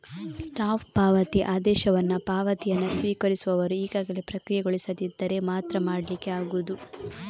stop ಪಾವತಿ ಆದೇಶವನ್ನ ಪಾವತಿಯನ್ನ ಸ್ವೀಕರಿಸುವವರು ಈಗಾಗಲೇ ಪ್ರಕ್ರಿಯೆಗೊಳಿಸದಿದ್ದರೆ ಮಾತ್ರ ಮಾಡ್ಲಿಕ್ಕೆ ಆಗುದು